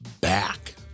back